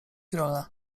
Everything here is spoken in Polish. role